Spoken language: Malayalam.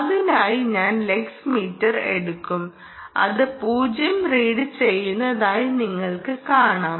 അതിനായി ഞാൻ ലക്സ് മീറ്റർ എടുക്കും അത് 0 റീഡുചെയ്യുന്നതായി നിങ്ങൾക്ക് കാണാം